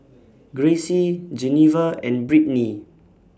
Gracie Geneva and Brittnie